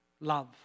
love